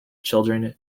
children